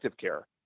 care